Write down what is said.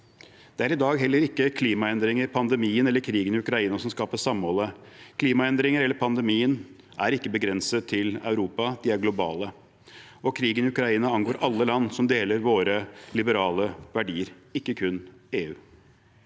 Det er i dag heller ikke klimaendringer, pandemien eller krigen i Ukraina som skaper samholdet. Klimaendringene eller pandemien er ikke begrenset til Europa. De er globale. Krigen i Ukraina angår alle land som deler våre liberale verdier, ikke kun EU.